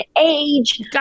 age